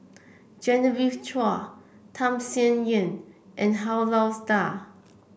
Genevieve Chua Tham Sien Yen and Han Lao Da